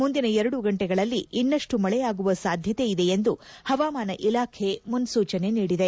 ಮುಂದಿನ ಎರಡು ಗಂಟೆಗಳಲ್ಲಿ ಇನ್ನಷ್ಟು ಮಳೆಯಾಗುವ ಸಾಧ್ಯತೆ ಇದೆ ಎಂದು ಹವಾಮಾನ ಇಲಾಖೆ ಮುನ್ನೂಚನೆ ನೀಡಿದೆ